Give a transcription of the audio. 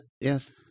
Yes